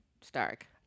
Stark